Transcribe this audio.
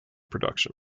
production